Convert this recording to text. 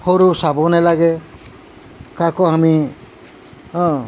সৰু চাব নালাগে কাকো আমি হাঁ